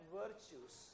virtues